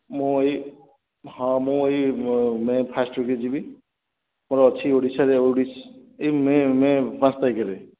ମୁଁ ଏଇ ହଁ ମୁଁ ଏଇ ମେ' ଫାଷ୍ଟ୍ ଉଇକ୍ରେ ଯିବି ମୋର ଅଛି ଓଡ଼ିଶାରେ ଏଇ ମେ' ମେ' ପାଞ୍ଚ ତାରିଖରେ